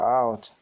out